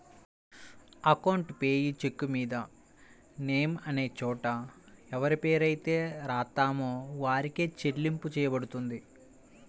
account payee చెక్కుమీద name అనే చోట ఎవరిపేరైతే రాత్తామో వారికే చెల్లింపు చెయ్యబడుతుంది